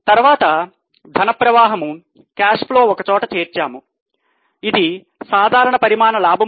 తర్వాత ధన ప్రవాహం